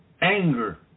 anger